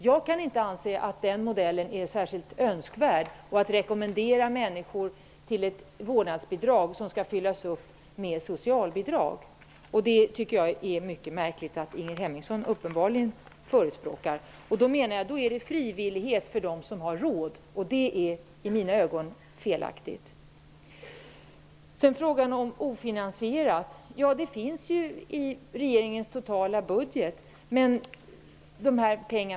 Jag kan inte anse att den modellen är särskilt önskvärd, att vi skulle rekommendera människor att ta ett vårdnadsbidrag som skulle fyllas ut av socialbidrag. Jag tycker att det är mycket märkligt att Ingrid Hemmingsson uppenbarligen förespråkar en sådan modell. Det blir i så fall fråga om frivillighet för dem som har råd, och det är i mina ögon felaktigt. Ingrid Hemmingsson har invändningar mot att jag tidigare hävdade att förslaget är ofinansierat.